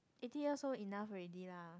eighty years old enough already lah